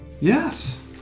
Yes